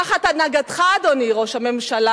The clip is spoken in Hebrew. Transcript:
תחת הנהגתך, אדוני ראש הממשלה,